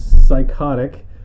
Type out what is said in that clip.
psychotic